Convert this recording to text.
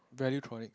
valuetronic